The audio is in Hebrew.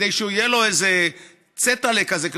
איזה צעטאלע כזה,